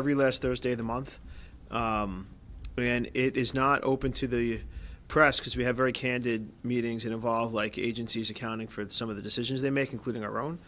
every last thursday the month when it is not open to the press because we have very candid meetings involved like agencies accounting for the some of the decisions they make including our own